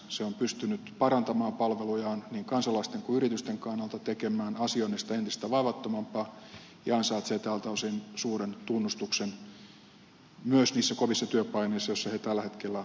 se on pystynyt parantamaan palvelujaan niin kansalaisten kuin yritysten kannalta tekemään asioinnista entistä vaivattomampaa ja ansaitsee tältä osin suuren tunnustuksen myös niissä kovissa työpaineissa joissa he tällä hetkellä ovat